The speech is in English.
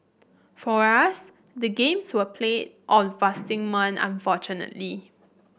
for us the games were played on fasting month unfortunately